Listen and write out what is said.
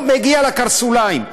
לא מגיע לקרסוליים.